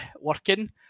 working